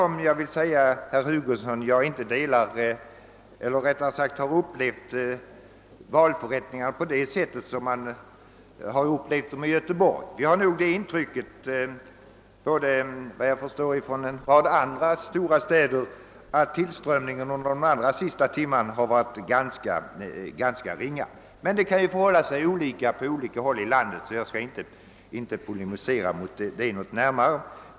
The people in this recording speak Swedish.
Jag har denna uppfattning, herr Hugosson, då jag inte har samma erfarenhet från valförrättningarna som man haft i Göteborg. Både i min hemstad och såvitt jag förstår även i en rad andra stora städer har tillströmningen under de allra sista timmarna på valdagen varit ganska ringa. Förhållandena kan emellertid vara olika på skilda håll i landet, och jag skall därför inte gå in på någon närmare polemik i detta avseende.